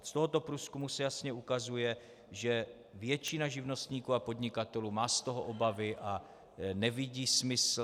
Z tohoto průzkumu se jasně ukazuje, že většina živnostníků a podnikatelů má z toho obavy a nevidí smysl.